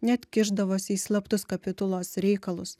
net kišdavosi į slaptus kapitulos reikalus